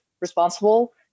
responsible